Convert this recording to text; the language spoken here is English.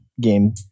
game